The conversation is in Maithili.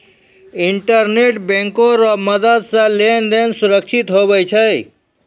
इंटरनेट बैंक रो मदद से लेन देन सुरक्षित हुवै छै